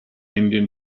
indian